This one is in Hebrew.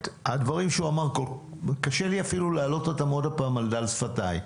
הדברים שאמרת קשה לי להעלות אותם עוד הפעם על דל שפתיי.